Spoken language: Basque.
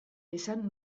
esan